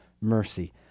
mercy